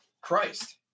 Christ